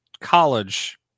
college